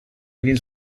egin